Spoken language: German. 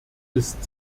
ist